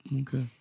Okay